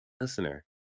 listener